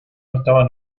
estaban